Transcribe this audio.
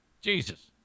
Jesus